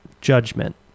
judgment